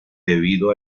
debido